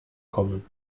kommen